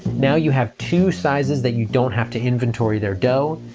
now you have two sizes that you don't have to inventory their dough.